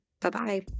Bye-bye